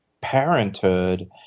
parenthood